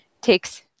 takes